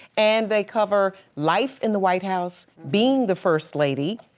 and they cover life in the white house, being the first lady,